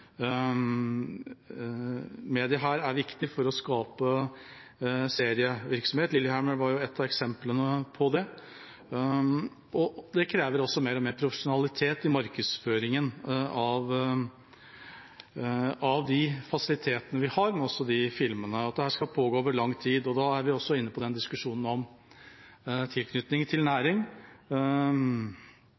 er her viktig for å skape serievirksomhet. «Lilyhammer» var et av eksemplene på det. Det kreves også mer og mer profesjonalitet i markedsføringen av de fasilitetene vi har, men også av filmene, når dette skal pågå over lang tid. Da er vi inne på diskusjonen om tilknytning til næring.